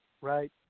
right